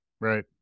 Right